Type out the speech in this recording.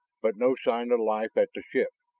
but no signs of life at the ship.